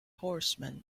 horseman